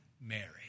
Mary